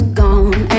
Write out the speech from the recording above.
gone